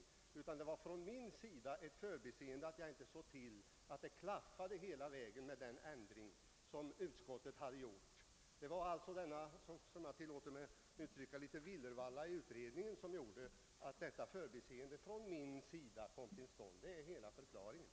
Det var jag som gjorde mig skyldig till ett förbiseende då jag inte såg till att den ändring utskottet gjort beaktades i reservationen. Det var alltså denna lilla villervalla i utskottet, som jag tillåter mig att uttrycka det, som var förklaringen till förbiseendet från min sida. Det är hela förklaringen.